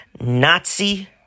Nazi